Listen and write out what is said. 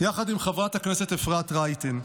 יחד עם חברת הכנסת אפרת רייטן,